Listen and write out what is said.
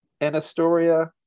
Anastoria